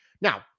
Now